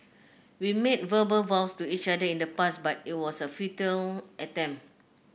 we made verbal vows to each other in the past but it was a futile attempt